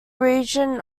region